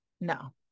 No